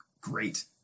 great